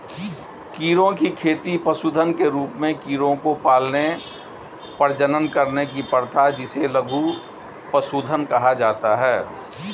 कीड़ों की खेती पशुधन के रूप में कीड़ों को पालने, प्रजनन करने की प्रथा जिसे लघु पशुधन कहा जाता है